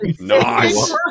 Nice